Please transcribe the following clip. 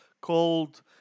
called